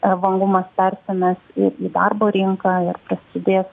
evalumas persimes į į darbo rinką ir prasidės